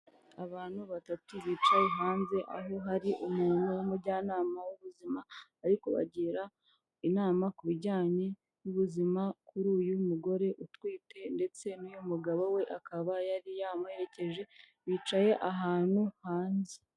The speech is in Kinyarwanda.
Abantu batatu bicaye hanze, aho hari umuntu w'umujyanama w'ubuzima ari ku bagira inama ku bijyanye n'ubuzima kuri uyu mugore utwite ndetse n'uyu mugabo we, akaba yari yamuherekeje, bicaye ahantu hanze.